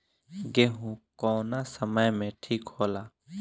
गेहू कौना समय मे ठिक होला?